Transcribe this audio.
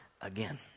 again